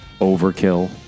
overkill